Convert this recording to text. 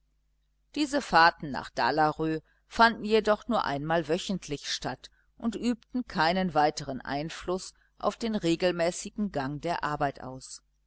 diese fahrten nach dalarö fanden jedoch nur einmal wöchentlich statt und übten keinen weiteren einfluß auf den regelmäßigen gang der arbeit aus